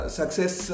success